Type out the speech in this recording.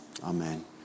amen